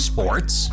Sports